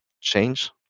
change